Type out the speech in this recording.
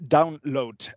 Download